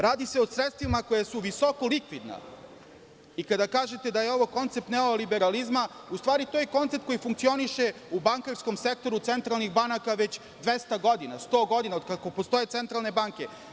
Radi se o sredstvima koja su visoko likvidna i kada kažete da je ovo koncept neoliberalizma, u stvari to je koncept koji funkcioniše u bankarskom sektoru centralnih banaka već 200 godina, 100 godina od kako postoje centralne banke.